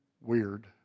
weird